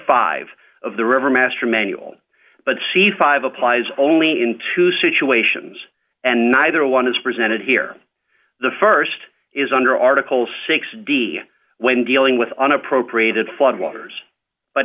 five of the river master manual but c five applies only in two situations and neither one is presented here the st is under article six d when dealing with unappropriated flood waters but